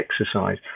exercise